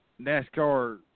NASCAR